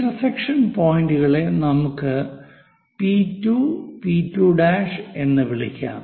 intersection പോയിന്റുകളെ നമുക്ക് P 2 P 2' P2 P2' എന്ന് വിളിക്കാം